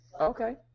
Okay